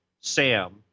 sam